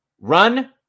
Run